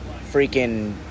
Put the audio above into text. freaking